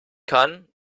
kann